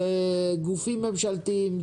שגופים ממשלתיים,